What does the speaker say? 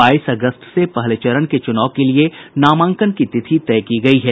बाईस अगस्त से पहले चरण के चुनाव के लिए नामांकन की तिथि तय की गयी है